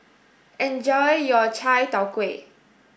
enjoy your Chai Tow Kuay